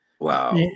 Wow